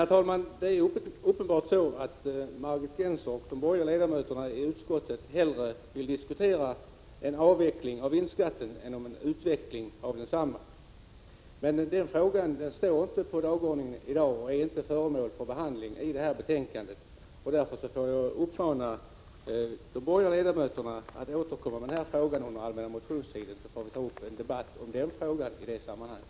Det är uppenbarligen så, att Margit Gennser och övriga borgerliga ledamöter i utskottet hellre vill diskutera en avveckling av vinstdelningsskatten än en utveckling av densamma. Men den frågan står inte på dagordningen i dag och är inte heller föremål för behandling i detta betänkande. Därför uppmanar jag de borgerliga ledamöterna att återkomma till detta under den allmänna motionstiden. Sedan får vi ta upp frågan.